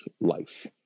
life